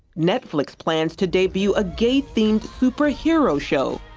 netflix plans to debut a gay-themed super hero show,